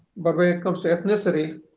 but when it comes to ethnicity,